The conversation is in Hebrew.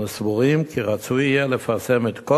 אנו סבורים כי רצוי יהיה לפרסם את כל